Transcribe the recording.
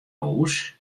hûs